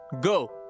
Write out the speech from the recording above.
go